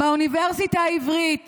באוניברסיטה העברית